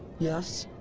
yes?